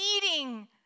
meeting